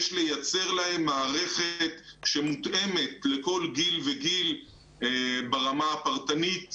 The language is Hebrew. יש לייצר להם מערכת שמותאמת לכל גיל וגיל ברמה הפרטנית,